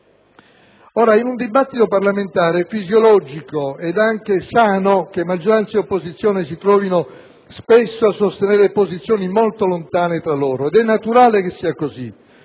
farà. In un dibattito parlamentare è fisiologico ed anche sano che maggioranza e opposizione si trovino spesso a sostenere posizioni molto lontane tra loro ed è naturale che sia così.